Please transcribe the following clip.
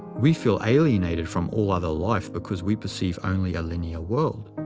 we feel alienated from all other life because we perceive only a linear world.